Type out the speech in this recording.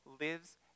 lives